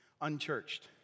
Unchurched